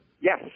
Yes